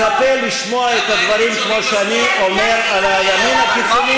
אני מצפה לשמוע את הדברים כמו שאני אומר על הימין הקיצוני,